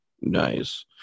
Nice